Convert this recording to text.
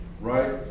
right